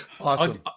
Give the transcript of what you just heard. Awesome